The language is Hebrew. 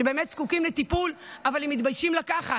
שבאמת זקוקים לטיפול אבל הם מתביישים לקחת,